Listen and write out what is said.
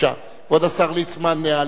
כבוד השר ליצמן יעלה ויבוא.